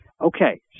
Okay